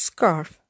Scarf